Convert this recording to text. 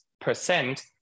percent